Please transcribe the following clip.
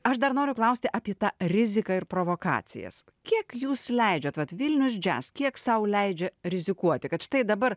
aš dar noriu klausti apie tą riziką ir provokacijas kiek jūs leidžiate vat vilnius jazz kiek sau leidžia rizikuoti kad štai dabar